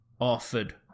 offered